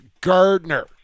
Gardner